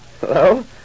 Hello